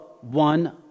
one